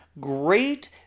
great